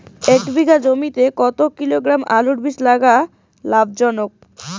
এক বিঘা জমিতে কতো কিলোগ্রাম আলুর বীজ লাগা লাভজনক?